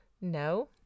no